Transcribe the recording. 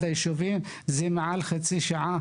היישובים אצלנו יכול להיות אחרי יותר מחצי שעה,